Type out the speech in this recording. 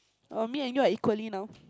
err me and you are equally now